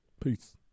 Peace